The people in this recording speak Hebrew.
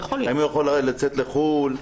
אם הוא יכול לצאת לחו"ל,